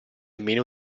meno